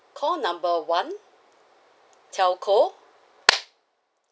call number one telco